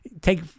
take